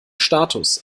status